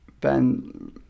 Ben